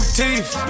teeth